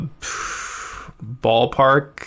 Ballpark